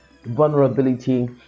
vulnerability